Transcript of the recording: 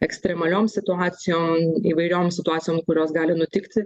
ekstremaliom situacijom įvairiom situacijom kurios gali nutikti